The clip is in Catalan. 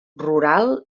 rural